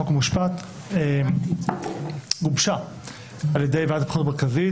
חוק ומשפט הוגשה על ידי ועדת הבחירות המרכזית,